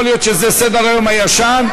יכול להיות שזה סדר-היום הישן,